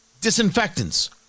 disinfectants